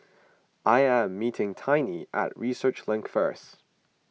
I am meeting Tiny at Research Link first